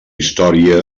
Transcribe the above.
història